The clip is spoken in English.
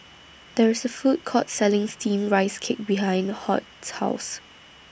There IS A Food Court Selling Steamed Rice Cake behind Hoyt's House